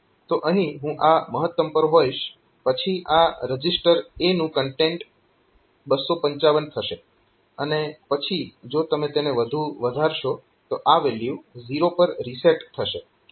તો અહીં હું આ મહત્તમ પર હોઈશ પછી આ રજીસ્ટર A નું કન્ટેન્ટ 255 થશે અને પછી જો તમે તેને વધુ વધારશો તો આ વેલ્યુ 0 પર રીસેટ થશે